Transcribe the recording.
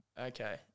Okay